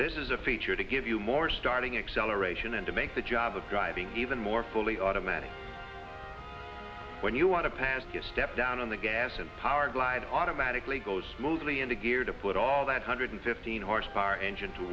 this is a feature to give you more starting acceleration and to make the job of driving even more fully automatic when you want to pass your step down on the gas and powerglide automatically goes smoothly into gear to put all that hundred fifteen or spar engine to